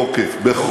כל